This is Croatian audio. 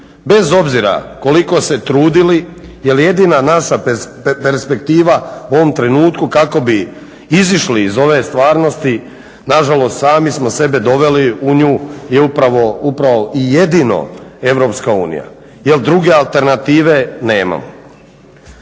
bez obzira koliko se trudili jer jedina naša perspektiva u ovom trenutku kako bi izišli iz ove stvarno. Nažalost sami smo sebe doveli u nju i upravo i jedino EU, jel druge alternative nemamo.